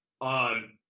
on